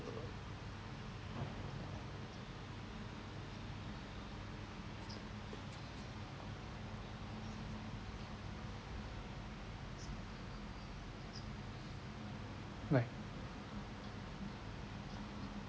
right